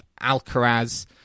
Alcaraz